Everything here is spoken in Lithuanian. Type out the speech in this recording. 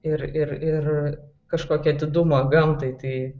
ir ir ir kažkokį atidumą gamtai tai